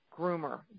groomer